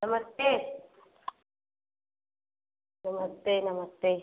नमस्ते नमस्ते नमस्ते